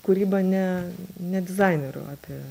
kūrybą ne ne dizainerių apie